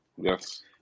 Yes